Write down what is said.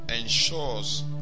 ensures